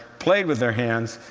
played with their hands,